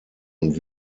und